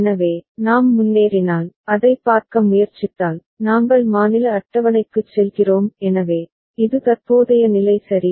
எனவே நாம் முன்னேறினால் அதைப் பார்க்க முயற்சித்தால் நாங்கள் மாநில அட்டவணைக்குச் செல்கிறோம் எனவே இது தற்போதைய நிலை சரி